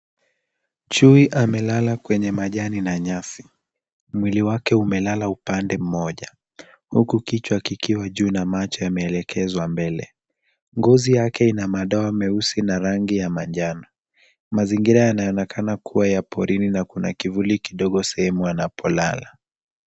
Chui amelala kwenye majani na nyasi. Mwili wake umelala upande mmoja, huku kichwa kikiwa juu na macho yameelekezwa mbele. Ngozi yake ina mado meusi na rangi ya manjano. Mazingira yanaonekana kuwa ya porini na kuna kivuli kidogo sehemu anapolala.